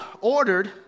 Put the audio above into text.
ordered